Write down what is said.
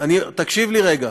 תקשיב לי רגע.